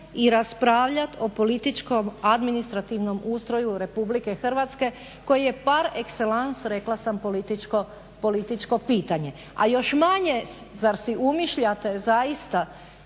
i raspravljati o političkom administrativnom ustroju RH koji je par excellance rekla sam političko pitanje. A još manje zar si umišljate zaista